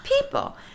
people